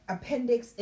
appendix